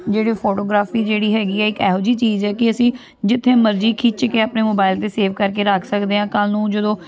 ਜਿਹੜੇ ਫੋਟੋਗ੍ਰਾਫੀ ਜਿਹੜੀ ਹੈਗੀ ਹੈ ਇੱਕ ਇਹੋ ਜਿਹੀ ਚੀਜ਼ ਹੈ ਕਿ ਅਸੀਂ ਜਿੱਥੇ ਮਰਜ਼ੀ ਖਿੱਚ ਕੇ ਆਪਣੇ ਮੋਬਾਈਲ 'ਤੇ ਸੇਵ ਕਰਕੇ ਰੱਖ ਸਕਦੇ ਹਾਂ ਕੱਲ੍ਹ ਨੂੰ ਜਦੋਂ